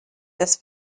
das